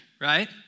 right